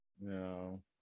no